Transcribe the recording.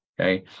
okay